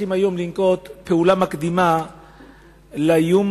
צריכים היום לנקוט פעולה מקדימה לאיום